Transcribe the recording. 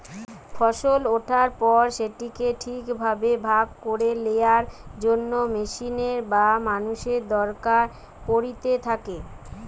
ফসল ওঠার পর সেটিকে ঠিক ভাবে ভাগ করে লেয়ার জন্য মেশিনের বা মানুষের দরকার পড়িতে থাকে